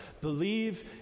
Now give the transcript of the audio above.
Believe